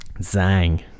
Zang